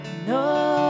No